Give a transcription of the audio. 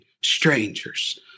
strangers